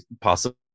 possible